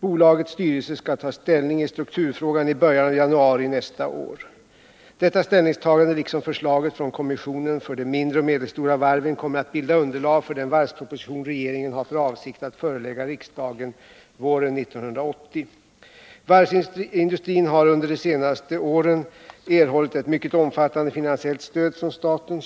Bolagets styrelse skall ta ställning i strukturfrågan i början av januari nästa år. Detta ställningstagande liksom förslaget från kommissionen för de mindre och medelstora varven kommer att bilda underlag för den varvsproposition regeringen har för avsikt att förelägga riksdagen våren 1980. Varvsindustrin har under de senaste åren erhållit ett mycket omfattande finansiellt stöd från staten.